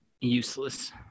useless